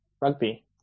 rugby